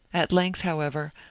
at length, however,